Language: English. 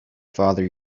father